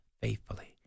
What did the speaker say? faithfully